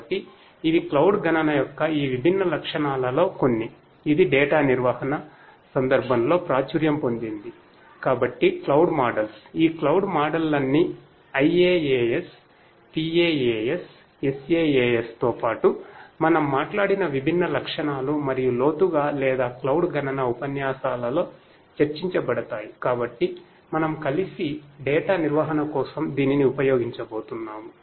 కాబట్టి ఇవి క్లౌడ్ నిర్వహణ కోసం దీనిని ఉపయోగించబోతున్నాము